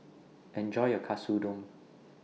Enjoy your Katsudon